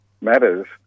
matters